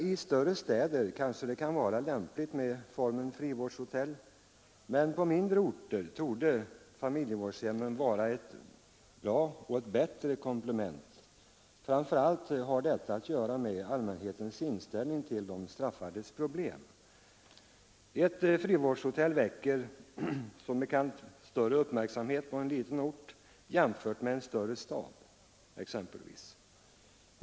I större städer kanske det kan vara lämpligt med formen frivårdshotell, men på mindre orter torde frivårdshemmen vara ett bättre komplement. Framför allt har det att göra med allmänhetens inställning till de straffades problem. Ett frivårdshotell väcker som bekant större uppmärksamhet på en liten ort än det gör i en större stad.